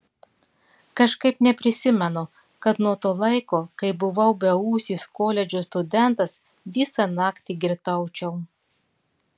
kažkaip neprisimenu kad nuo to laiko kai buvau beūsis koledžo studentas visą naktį girtaučiau